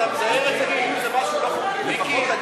אתה מצייר את זה כאילו זה משהו לא חוקי.